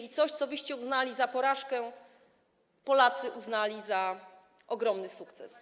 I coś, co wyście uznali za porażkę, Polacy uznali za ogromny sukces.